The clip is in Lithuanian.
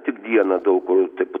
tik dieną daug kur taip